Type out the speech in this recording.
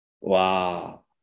Wow